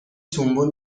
تومبون